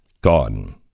Gone